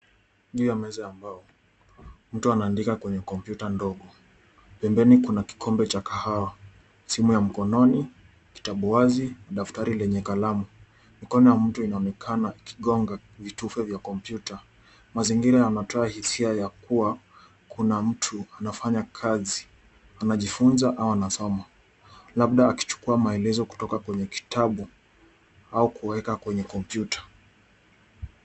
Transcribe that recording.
Juu ya meza ya mbao, mtu anaandika kwenye kompyuta ndogo. Pembeni kuna kikombe cha kahawa, simu ya mkononi, kitabu wazi, daftari lenye kalamu. Mkono ya mtu inaonekana akigonga vitufe vya kompyuta. Mazingira yanatoa hisia ya kuwa kuna mtu anafanya kazi, anajifunza au ana soma, labda akichukua maelezo kutoka kwenye kitabu, au kueka kwenye kompyuta.